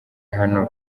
hano